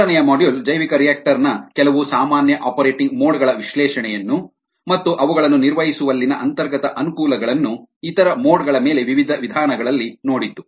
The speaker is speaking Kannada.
ಮೂರನೆಯ ಮಾಡ್ಯೂಲ್ ಜೈವಿಕರಿಯಾಕ್ಟರ್ ನ ಕೆಲವು ಸಾಮಾನ್ಯ ಆಪರೇಟಿಂಗ್ ಮೋಡ್ ಗಳ ವಿಶ್ಲೇಷಣೆಯನ್ನು ಮತ್ತು ಅವುಗಳನ್ನು ನಿರ್ವಹಿಸುವಲ್ಲಿನ ಅಂತರ್ಗತ ಅನುಕೂಲಗಳನ್ನು ಇತರ ಮೋಡ್ ಗಳ ಮೇಲೆ ವಿವಿಧ ವಿಧಾನಗಳಲ್ಲಿ ನೋಡಿದ್ದು